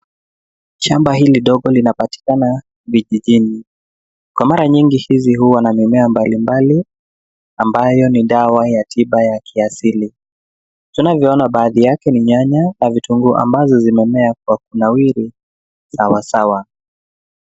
Shamba hili dogo linapatikana vijijini, kwa mara nyingi hizi huwa na mimea mbalimbali ambayo ni dawa ya tiba ya kiasili. Tunavyoona baadhi yake ni nyanya na vitunguu ambazo zimemea kwa kunawiri sawa sawa.